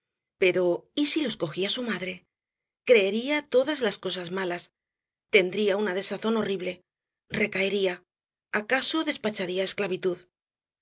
pero y si los cogía su madre creería todas las cosas malas tendría una desazón horrible recaería acaso despacharía á esclavitud